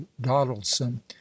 doddleson